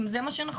אם זה מה שנכון.